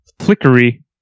Flickery